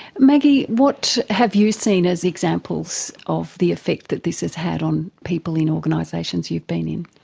maggie, what have you seen as examples of the effect that this has had on people in organisations you've been in?